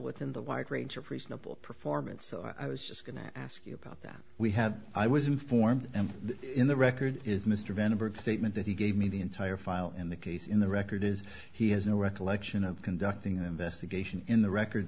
within the wide range of reasonable performance so i was just going to ask you about that we have i was informed and in the record is mr van britt statement that he gave me the entire file in the case in the record is he has no recollection of conducting an investigation in the record